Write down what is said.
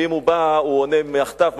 ואם הוא בא הוא עונה מהכתב,